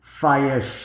fire